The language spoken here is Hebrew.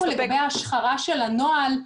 נאמר פה לגבי ההשחרה של הנוהל,